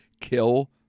kill